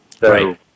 Right